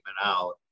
Out